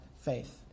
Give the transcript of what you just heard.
faith